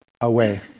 away